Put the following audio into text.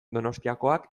donostiakoak